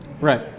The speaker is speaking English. Right